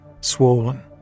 swollen